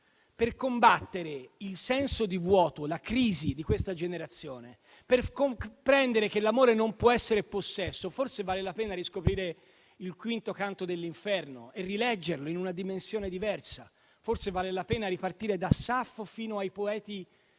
Per combattere il senso di vuoto, la crisi di questa generazione, per comprendere che l'amore non può essere possesso, forse vale la pena riscoprire il V Canto dell'Inferno e rileggerlo in una dimensione diversa. Forse vale la pena ripartire da Saffo fino ai poeti